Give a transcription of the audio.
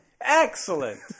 Excellent